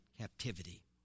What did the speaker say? captivity